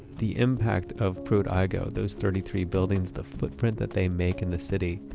the impact of pruitt-igoe, those thirty three buildings, the footprint that they make in the city,